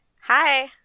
hi